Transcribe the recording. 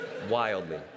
wildly